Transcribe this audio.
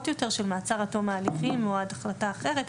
יותר של מעצר עד תום ההליכים או עד החלטה אחרת,